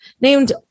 named